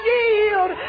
yield